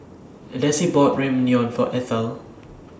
Desi bought Ramyeon For Ethel